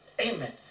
Amen